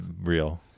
real